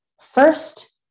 first